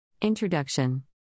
Introduction